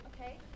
Okay